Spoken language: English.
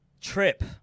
trip